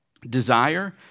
desire